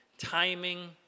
Timing